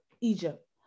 Egypt